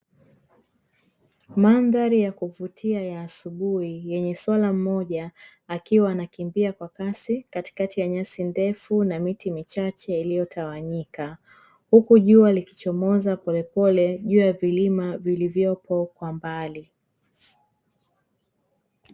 Mandhari ya kuvutia ya asubuhi; yenye swala mmoja akiwa anakimbia kwa kasi katikati ya nyasi ndefu na miti michache iliyotawanyika huku jua likichomoza polepole juu ya vilima vilivyopo kwa mbali.